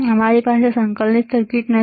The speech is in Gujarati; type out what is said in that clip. અમારી પાસે સંકલિત સર્કિટ નથી